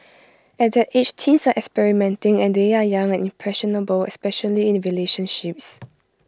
at that age teens are experimenting and they are young and impressionable especially in relationships